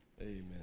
Amen